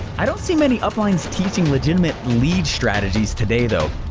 i don't see many uplines teaching legitimate lead strategies today though.